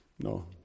No